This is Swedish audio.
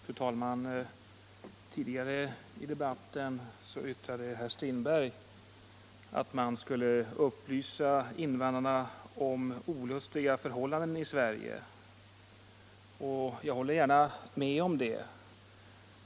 Fru talman! Tidigare i debatten yttrade herr Strindberg att man skulle upplysa invandrarna om olustiga förhållanden i Sverige. Jag håller gärna med om det.